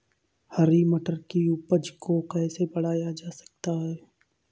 हरी मटर की उपज को कैसे बढ़ाया जा सकता है?